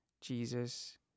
Jesus